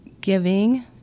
giving